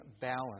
balance